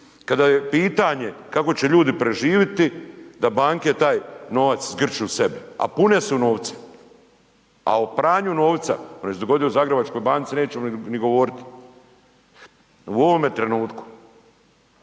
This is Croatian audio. kada je pitanje kako će ljudi preživjeti, da banke taj novac zgrću sebi, a pune su novca. A o pranju novaca, onaj što se dogodio u Zagrebačkoj banci nećemo ni govoriti. U ovome trenutku